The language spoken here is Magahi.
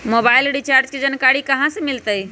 मोबाइल रिचार्ज के जानकारी कहा से मिलतै?